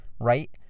right